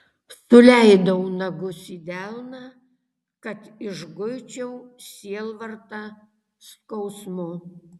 suleidau nagus į delną kad išguičiau sielvartą skausmu